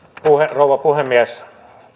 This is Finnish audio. rouva puhemies